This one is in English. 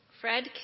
Fred